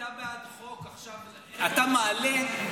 תגיד, אתה בעד חוק, מצד אחד מעלים ארנונה,